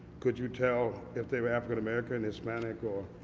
could you tell if they were african american, hispanic, or.